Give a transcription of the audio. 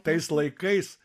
tais laikais